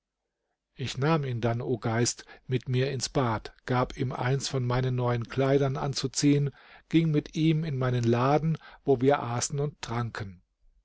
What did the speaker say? ich nahm ihn dann o geist mit mir ins bad gab ihm eins von meinen neuen kleidern anzuziehen ging mit ihm in meinen laden wo wir aßen und tranken